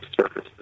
services